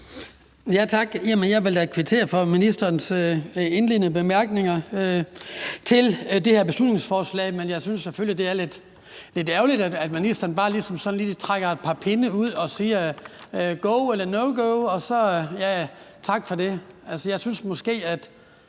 Jeg vil da kvittere for ministerens indledende bemærkninger til det her beslutningsforslag, men jeg synes selvfølgelig, det er lidt ærgerligt, at ministeren bare ligesom trækker et par pinde ud og siger: Go eller no go. Tak for det!